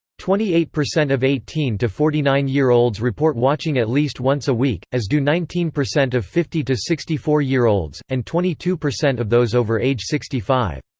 twenty eight percent of eighteen to forty nine year olds report watching at least once a week, as do nineteen percent of fifty to sixty four year olds, and twenty two percent of those over age sixty five.